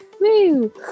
Woo